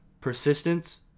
Persistence